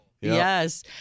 Yes